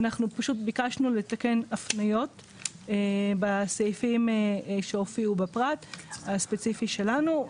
אנחנו פשוט ביקשנו לתקן את ההפניות בסעיפים שהופיעו בפרט הספציפי שלנו,